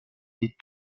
des